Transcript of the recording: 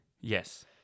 Yes